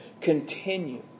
continue